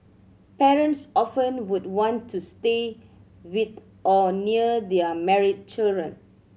parents often would want to stay with or near their married children